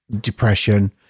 depression